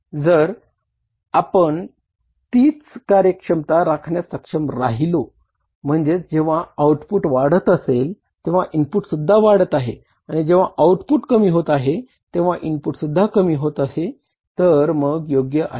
जर आपण तीच कार्यक्षमता राखण्यास सक्षम राहिलो म्हणजेच जेंव्हा आउटपुट वाढत असेल तेंव्हा इनपुटसुद्धा वाढत आहे आणि जेंव्हा आउटपुट कमी होत आहे तेंव्हा इनपुटसुद्धा कमी होत आहे तर मग योग्य आहे